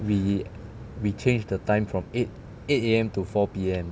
we we change the time from eight eight A_M to four P_M